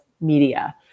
media